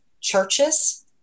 churches